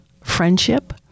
friendship